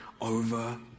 over